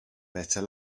better